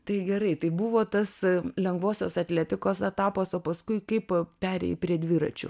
tai gerai tai buvo tas lengvosios atletikos etapas o paskui kaip perėjai prie dviračių